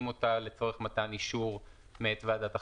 אותה לצורך מתן אישור מאת ועדת החריגים,